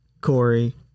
Corey